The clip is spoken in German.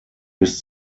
bis